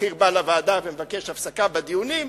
בכיר בא לוועדה ומבקש הפסקה בדיונים,